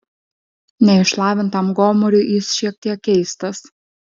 neišlavintam gomuriui jis šiek tiek keistas